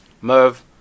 Merv